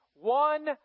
one